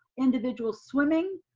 individual swimming,